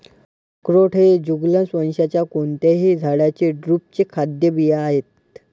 अक्रोड हे जुगलन्स वंशाच्या कोणत्याही झाडाच्या ड्रुपचे खाद्य बिया आहेत